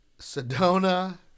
Sedona